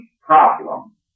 problem